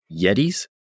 Yetis